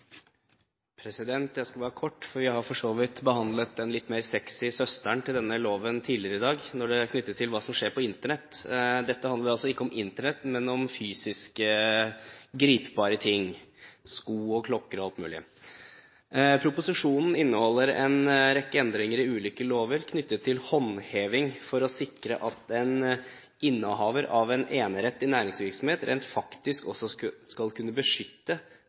5. Jeg skal være kort, for vi har for så vidt behandlet den litt mer sexy søsteren til denne loven tidligere i dag – knyttet til hva som skjer på Internett. Dette handler ikke om Internett, men om fysiske, gripbare ting, som sko, klokker og alt mulig. Proposisjonen inneholder en rekke endringer i ulike lover knyttet til håndheving for å sikre at en innehaver av en enerett i næringsvirksomhet også skal kunne beskytte